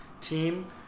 team